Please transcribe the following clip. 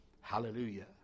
Hallelujah